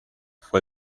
fue